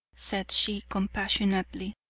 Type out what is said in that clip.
said she compassionately,